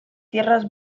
tierras